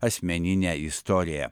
asmeninę istoriją